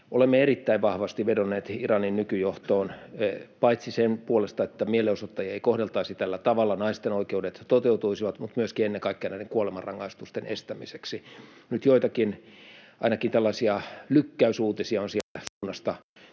Olemme erittäin vahvasti vedonneet Iranin nykyjohtoon paitsi sen puolesta, että mielenosoittajia ei kohdeltaisi tällä tavalla ja että naisten oikeudet toteutuisivat, myöskin ennen kaikkea näiden kuolemanrangaistusten estämiseksi. Nyt joitakin ainakin tällaisia lykkäysuutisia on sieltä suunnasta